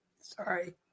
Sorry